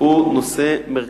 הנושא הירוק הוא נושא מרכזי.